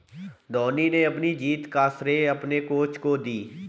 धोनी ने अपनी जीत का श्रेय अपने कोच को दी